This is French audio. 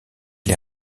les